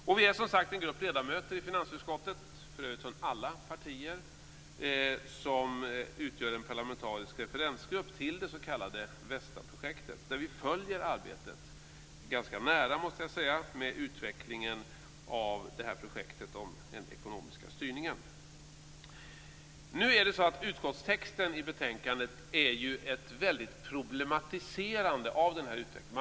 Och vi är som sagt en grupp ledamöter i finansutskottet, för övrigt från alla partier, som utgör en parlamentarisk referensgrupp till det s.k. VESTA-projektet, där vi följer arbetet ganska nära, måste jag säga, med utvecklingen av detta projekt om den ekonomiska styrningen. Utskottstexten i betänkandet är ju ett väldigt problematiserande av den här utvecklingen.